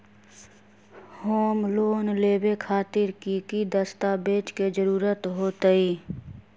Home loan लेबे खातिर की की दस्तावेज के जरूरत होतई?